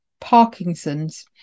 Parkinson's